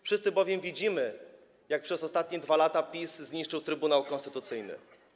Wszyscy bowiem widzimy, jak przez ostatnie 2 lata PiS zniszczył Trybunał Konstytucyjny.